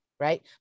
right